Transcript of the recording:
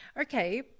okay